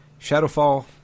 Shadowfall